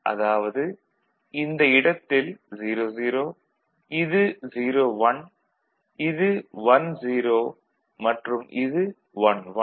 அதாவது இந்த இடத்தில் 0 0 இது 0 1 இது 10 மற்றும் இது 1 1